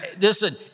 Listen